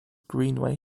greenway